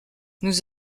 nous